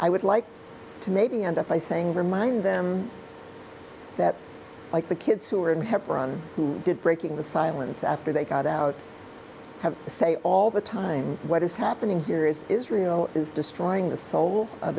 i would like to maybe end up by saying remind them that like the kids who are in hebron who did breaking the silence after they got out have to say all the time what is happening here is israel is destroying the soul of